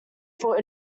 foot